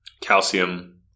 Calcium